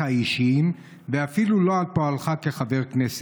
האישיים ואפילו לא על פועלך כחבר כנסת.